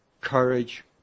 courage